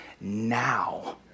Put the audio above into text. now